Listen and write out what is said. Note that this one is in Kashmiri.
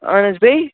اَہَن حظ بیٚیہِ